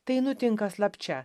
tai nutinka slapčia